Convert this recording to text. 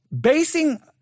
basing